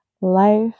life